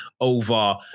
over